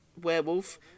Werewolf